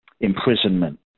imprisonment